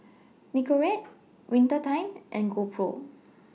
Nicorette Winter Time and GoPro